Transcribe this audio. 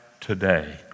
today